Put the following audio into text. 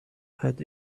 had